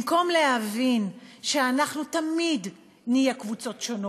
במקום להבין שאנחנו תמיד נהיה קבוצות שונות,